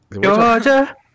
Georgia